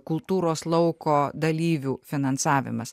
kultūros lauko dalyvių finansavimas